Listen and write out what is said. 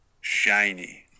shiny